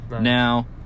Now